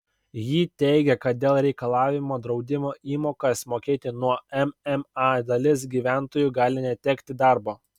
ji teigė kad dėl reikalavimo draudimo įmokas mokėti nuo mma dalis gyventojų gali netekti darbo